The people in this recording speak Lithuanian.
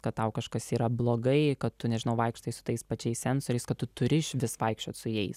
kad tau kažkas yra blogai kad tu nežinau vaikštai su tais pačiais sensoriaisi kad tu turi išvis vaikščiot su jais